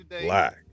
Black